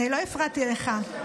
אני לא הפרעתי לך.